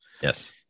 Yes